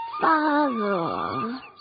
father